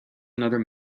another